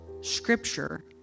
scripture